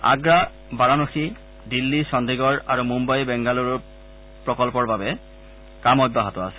আগ্ৰা বাৰানচি দিল্লী চণ্ডিগড় আৰু মুন্নাই বেংগালুৰুৰ প্ৰকল্পৰ বাবে কাম অব্যাহত আছে